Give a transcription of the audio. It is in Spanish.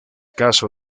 caso